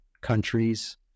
countries